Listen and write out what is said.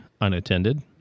unattended